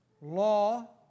law